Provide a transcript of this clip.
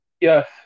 Yes